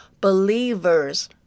believers